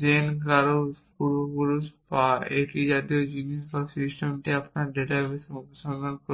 gen কারও পূর্বপুরুষ বা এই জাতীয় জিনিস এবং সিস্টেমটি আপনার ডাটাবেসে অনুসন্ধান করবে